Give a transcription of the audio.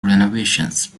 renovations